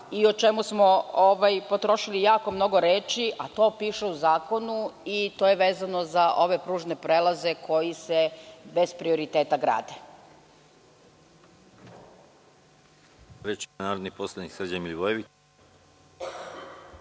i o čemu smo potrošili jako mnogo reči, a to piše u zakonu, i to je vezano za ove pružne prelaze koji se bez prioriteta grade.